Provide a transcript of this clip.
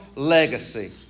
Legacy